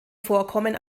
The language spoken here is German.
vorkommen